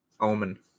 Omen